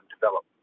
develop